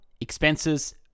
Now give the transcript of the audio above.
expenses